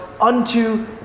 unto